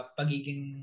pagiging